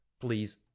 Please